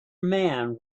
man